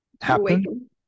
happen